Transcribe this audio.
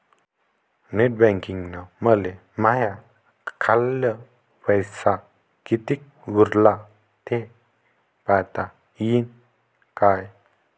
Net बँकिंगनं मले माह्या खाल्ल पैसा कितीक उरला थे पायता यीन काय?